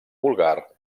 vulgar